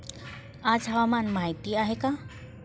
आज हवामान माहिती काय आहे?